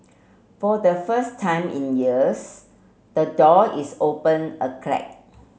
for the first time in years the door is open a crack